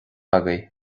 agaibh